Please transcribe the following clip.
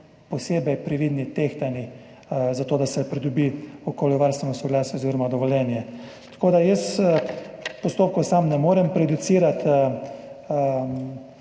posebej previdni in tehtani zato, da se pridobi okoljevarstveno soglasje oziroma dovoljenje. Jaz zato postopkov sam ne morem prejudicirati,